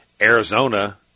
Arizona